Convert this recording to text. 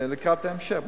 לקראת ההמשך.